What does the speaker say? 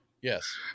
Yes